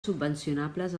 subvencionables